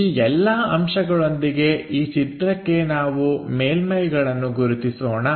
ಈ ಎಲ್ಲಾ ಅಂಶಗಳೊಂದಿಗೆ ಈ ಚಿತ್ರಕ್ಕೆ ನಾವು ಮೇಲ್ಮೈಗಳನ್ನು ಗುರುತಿಸೋಣ